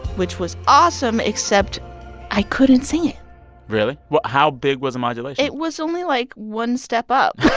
which was awesome except i couldn't sing it really? well, how big was the modulation? it was only, like, one step up